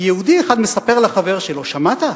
יהודי אחד מספר לחבר שלו, שמעת?